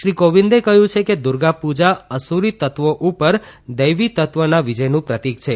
શ્રી કોવિંદે કહ્યું છે કે દુર્ગાપૂજા અસુરીતત્વો ઉપર દૈવીતત્વના વિજયનું પ્રતિક છે